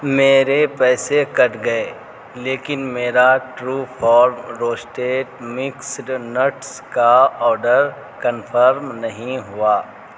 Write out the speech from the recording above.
میرے پیسے کٹ گئے لیکن میرا ٹروفارم روسٹڈ مکسڈ نٹس کا آرڈر کنفرم نہیں ہوا